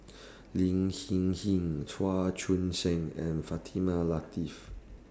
Lin Hsin Hsin Chua Joon Siang and Fatimah Lateef